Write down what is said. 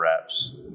reps